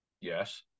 Yes